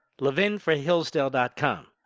levinforhillsdale.com